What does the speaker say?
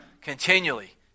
continually